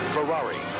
Ferrari